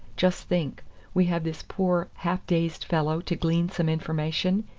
just think we have this poor half-dazed fellow to glean some information,